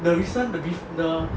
the reason the bef~ the